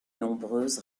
nombreuses